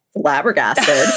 flabbergasted